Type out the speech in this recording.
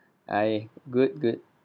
hi good good